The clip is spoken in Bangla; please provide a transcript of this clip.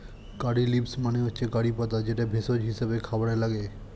কারী লিভস মানে হচ্ছে কারি পাতা যেটা ভেষজ হিসেবে খাবারে লাগে